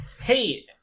Hey